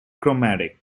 chromatic